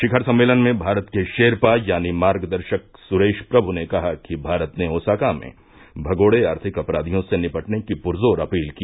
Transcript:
शिखर सम्मेलन में भारत के शेरपा यानी मार्गदर्शक सुरेश प्रभु ने कहा कि भारत ने ओसाका में भगोड़े आर्थिक अपराधियों से निपटने की पुरजोर अपील की